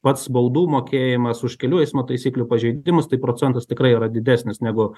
pats baudų mokėjimas už kelių eismo taisyklių pažeidimus tai procentas tikrai yra didesnis negu